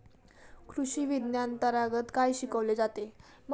कृषीविज्ञानांतर्गत काय शिकवले जाते?